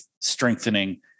strengthening